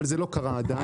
אבל זה לא קרה עדיין.